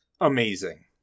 amazing